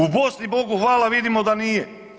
U Bosni Bogu hvala, vidimo da nije.